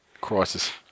Crisis